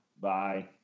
Bye